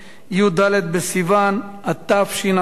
י"ד בסיוון התשע"ב,